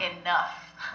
enough